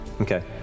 Okay